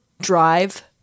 drive